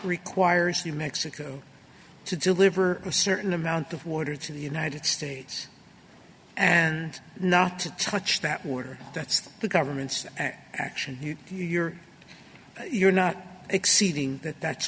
requires the mexico to deliver a certain amount of water to the united states and not to touch that water that's the government's action you're you're not exceeding that that's